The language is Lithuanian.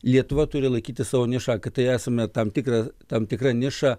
lietuva turi laikyti savo nišą kad tai esame tam tikra tam tikra niša